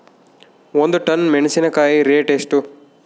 ಒಂದು ಟನ್ ಮೆನೆಸಿನಕಾಯಿ ರೇಟ್ ಎಷ್ಟು?